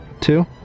Two